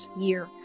year